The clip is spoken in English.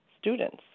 students